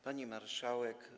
Pani Marszałek!